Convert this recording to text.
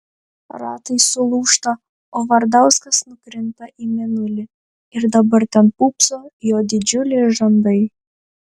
ratai sulūžta o vardauskas nukrinta į mėnulį ir dabar ten pūpso jo didžiuliai žandai